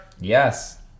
Yes